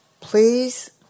please